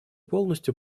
полностью